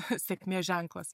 sėkmės ženklas